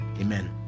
amen